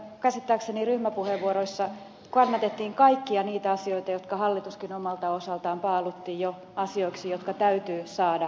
käsittääkseni ryhmäpuheenvuoroissa kannatettiin kaikkia niitä asioita jotka hallituskin omalta osaltaan paalutti jo asioiksi jotka täytyy saada läpi